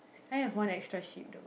I have one extra sheepdog